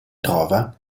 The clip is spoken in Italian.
trova